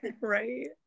Right